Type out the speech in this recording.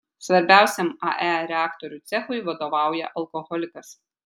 svarbiausiam ae reaktorių cechui vadovauja alkoholikas